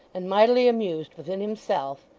and mightily amused within himself,